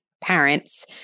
parents